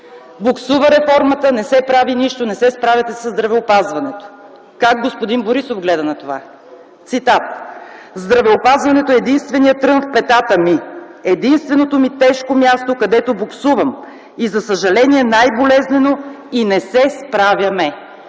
буксува реформата, не се прави нищо, не се справяте със здравеопазването. Как господин Борисов гледа на това? Цитат: „Здравеопазването е единственият трън в петата ми, единственото ми тежко място, където буксувам и за съжаление най-болезнено и не се справяме.”